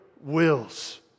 wills